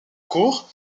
cour